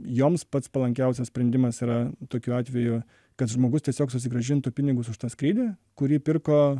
joms pats palankiausias sprendimas yra tokiu atveju kad žmogus tiesiog susigrąžintų pinigus už tą skrydį kurį pirko